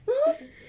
nor